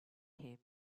him